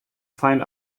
find